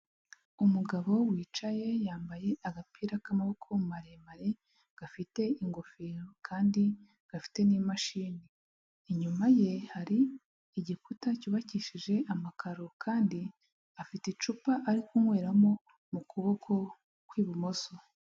Umugabo wicaye yambaye agapira k'amaboko maremare gafite ingofero, kandi gafite n'imashini, inyuma ye hari igikuta cyubakishije amakaro, kandi afite icupa ari kunyweramo mu kuboko kw'ibumoso.